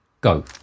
Go